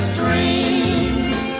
dreams